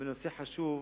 בנושא חשוב